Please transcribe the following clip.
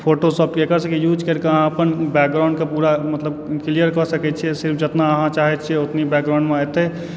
फोटोशॉपके एकरा सभके यूज करिके अहाँ अपन बैकग्राउण्डकऽ पूरा मतलब क्लियर कऽ सकैत छियै सिर्फ़ जेतना अहाँ चाहैत छी ओतय बैकग्राऊण्डमे एतय